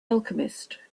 alchemist